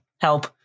Help